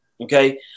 Okay